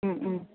മ് മ്